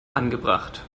angebracht